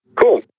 cool